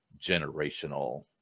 generational